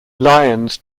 lions